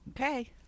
Okay